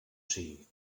sigui